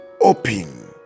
open